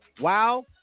Wow